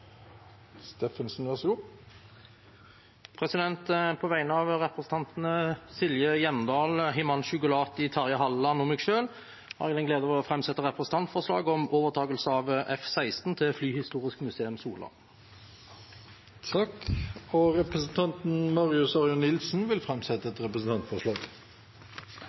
På vegne av representantene Silje Hjemdal, Terje Halleland, Himanshu Gulati og meg selv har jeg gleden av å framsette et forslag om overtagelse av F-16 til Flyhistorisk Museum Sola. Representanten Marius Arion Nilsen vil framsette et representantforslag.